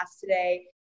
today